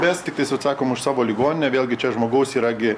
mes tiktais atsakom už savo ligoninę vėlgi čia žmogaus yra gi